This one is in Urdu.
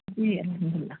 جی الحمد اللہ